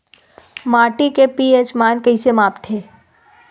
माटी के पी.एच मान कइसे मापथे?